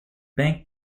bank